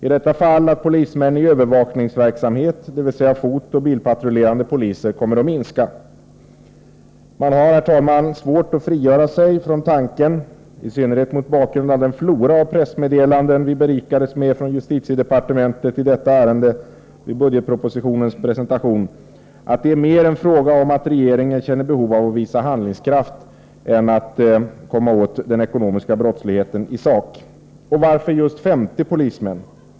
I detta fall innebär det att antalet polismän i övervakningsverksamhet, dvs. fotoch bilpatrullerande poliser, kommer att minska. Herr talman! Man har svårt att frigöra sig från tanken, i synnerhet mot bakgrund av den flora av pressmeddelanden vi berikades med från justitiedepartementet i detta ärende vid budgetpropositionens presentation, att det mer är en fråga om att regeringen känner behov av att visa handlingskraft än att komma åt den ekonomiska brottsligheten i sak. Varför just 50 polismän?